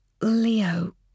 Leo